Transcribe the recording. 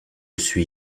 suis